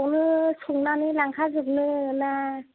बेयावनो संनानै लांखाजोबनो ना